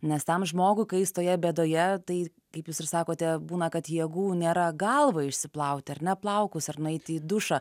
nes tam žmogui kai jis toje bėdoje tai kaip jūs ir sakote būna kad jėgų nėra galvą išsiplauti ar ne plaukus ar nueiti į dušą